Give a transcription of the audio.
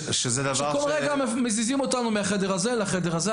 שכל רגע מזיזים אותנו מהחדר הזה לחדר ההוא.